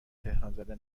تهرانزده